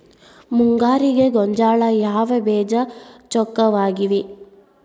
ಮುಂಗಾರಿಗೆ ಗೋಂಜಾಳ ಯಾವ ಬೇಜ ಚೊಕ್ಕವಾಗಿವೆ?